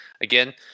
again